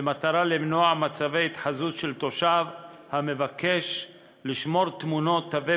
במטרה למנוע מצבי התחזות של תושב המבקש לשמור תמונות תווי